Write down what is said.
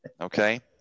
okay